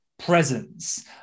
presence